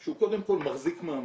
שהוא קודם כל מחזיק מעמד,